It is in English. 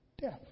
death